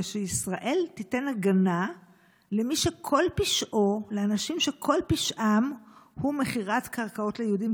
שישראל תיתן הגנה לאנשים שכל פשעם הוא מכירת קרקעות ליהודים?